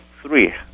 three